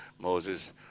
Moses